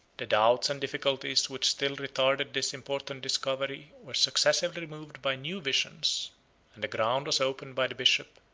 the doubts and difficulties which still retarded this important discovery were successively removed by new visions and the ground was opened by the bishop,